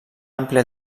àmplia